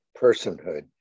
personhood